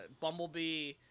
Bumblebee